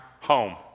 home